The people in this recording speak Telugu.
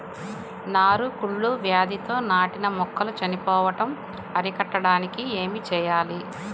నారు కుళ్ళు వ్యాధితో నాటిన మొక్కలు చనిపోవడం అరికట్టడానికి ఏమి చేయాలి?